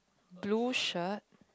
blue shirt